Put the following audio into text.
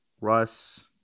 Russ